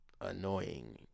annoying